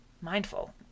mindful